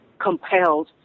compelled